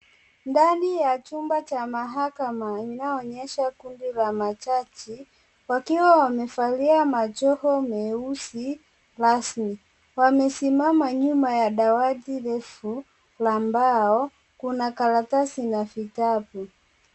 Ndani ya chumba cha mahakama inayoonyesha kundi la majaji, wakiwa wamevalia majoho meusi rasmi. Wamesimama nyuma ya dawati refu la mbao, kuna karatasi na vitabu.